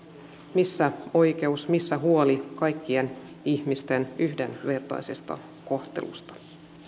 missä oikeus missä huoli kaikkien ihmisten yhdenvertaisesta kohtelusta